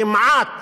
כמעט